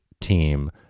team